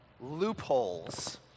loopholes